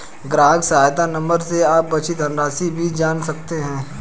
ग्राहक सहायता नंबर से आप बची धनराशि भी जान सकते हैं